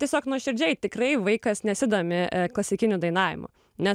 tiesiog nuoširdžiai tikrai vaikas nesidomi e klasikiniu dainavimu nes